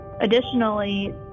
Additionally